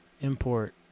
import